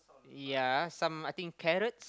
yea some I think carrots